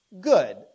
good